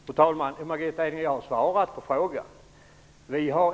Fru talman! Jag har svarat på den frågan.